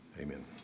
Amen